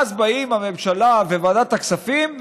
ואז באות הממשלה וועדת הכספים,